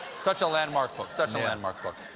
such a landmark book. such a landmark book.